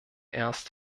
erst